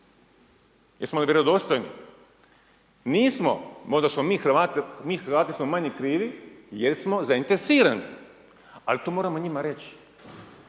Jesmo li vjerodostojni? Nismo, možda smo mi hrvati, mi hrvati smo manje krivi, jesmo zainteresirani. Ali to moramo njima reći.